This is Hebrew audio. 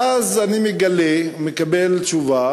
ואז אני מקבל תשובה